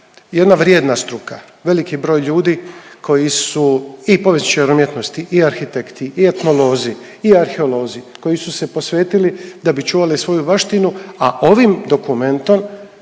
jedna vrijedna struka, veliki broj ljudi koji su i povjesničari umjetnosti, i arhitekti i etnolozi, i arheolozi koji su se posvetili da bi čuvali svoju baštinu, a ovim dokumentom